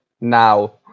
now